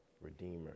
redeemer